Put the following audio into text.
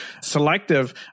selective